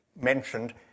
mentioned